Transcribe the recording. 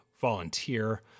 volunteer